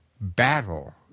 battle